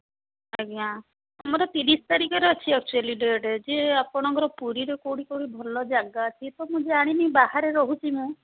ଆଜ୍ଞା ଆମର ତିରିଶ ତାରିଖରେ ଅଛି ଆକ୍ଚୁଆଲି ଡେଟ୍ ଯେ ଆପଣଙ୍କର ପୁରୀରେ କେଉଁଠି କେଉଁଠି ଭଲ ଯାଗା ଅଛି ତ ମୁଁ ଜାଣିନି ବାହାରେ ରହୁଛି ମୁଁ